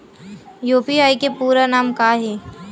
UPI के पूरा नाम का ये?